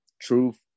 truth